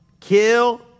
Kill